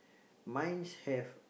mines have